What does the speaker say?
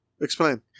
Explain